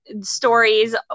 stories